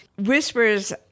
Whispers